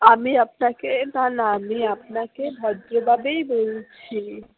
আমি আপনাকে না না আমি আপনাকে ভদ্রভাবেই বলছি